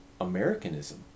Americanism